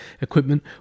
Equipment